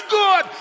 good